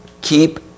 Keep